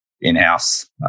in-house